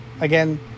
again